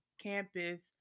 campus